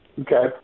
Okay